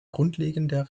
grundlegender